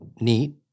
neat